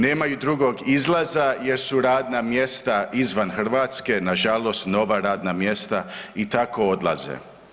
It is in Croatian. Nemaju drugog izlaza jer su radna mjesta izvan Hrvatske nažalost nova radna mjesta i tako odlaze.